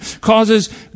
Causes